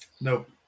Nope